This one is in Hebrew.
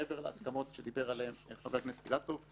מעבר להסכמות שדיבר עליהם חבר הכנסת אילטוב,